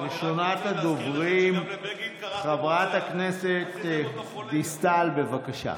ראשונת הדוברים, חברת הכנסת דיסטל, בבקשה.